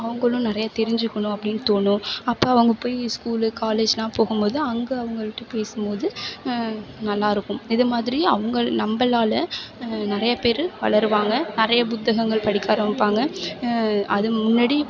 அவங்களும் நிறைய தெரிஞ்சுக்கணும் அப்படின்னு தோணும் அப்போ அவங்க போய் ஸ்கூலு காலேஜ்லெல்லாம் போகும் போது அங்கே அவங்கள்ட்ட பேசும் போது நல்லாயிருக்கும் இது மாதிரி அவங்கள் நம்மளால நிறைய பேர் வளர்வாங்க நிறைய புத்தகங்கள் படிக்க ஆரம்பிப்பாங்க அது முன்னாடி